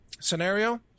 scenario